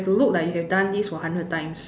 to look like you have done this for hundred times